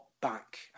back